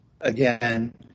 Again